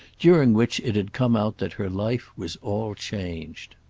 during which it had come out that her life was all changed.